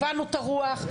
הבנו את הרוח,